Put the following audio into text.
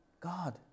God